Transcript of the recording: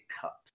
cups